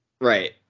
Right